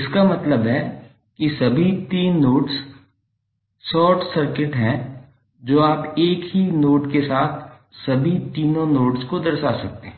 इसका मतलब है कि सभी तीन नोड्स कम शार्ट सर्किट हैं तो आप एक ही नोड के साथ सभी तीन नोड्स को दर्शा सकते हैं